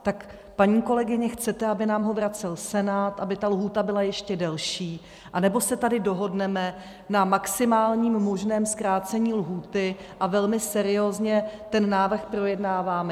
Tak paní kolegyně, chcete, aby nám ho vracel Senát, aby ta lhůta byla ještě delší, anebo se tady dohodneme na maximálním možném zkrácení lhůty a velmi seriózně ten návrh projednáme?